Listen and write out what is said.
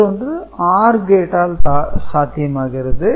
மற்றொன்று OR கேட்டால் சாத்தியமாகிறது